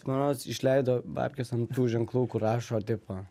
man rodos išleido babkes ant tų ženklų kur rašo tipo